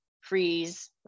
freeze